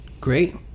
Great